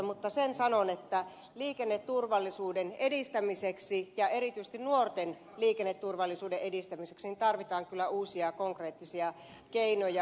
mutta sen sanon että liikenneturvallisuuden edistämiseksi ja erityisesti nuorten liikenneturvallisuuden edistämiseksi tarvitaan kyllä uusia konkreettisia keinoja